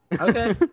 Okay